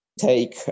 take